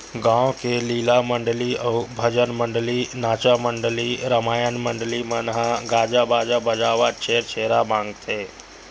गाँव के लीला मंडली अउ भजन मंडली, नाचा मंडली, रमायन मंडली मन ह गाजा बाजा बजावत छेरछेरा मागथे